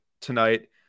tonight